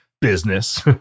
business